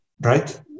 Right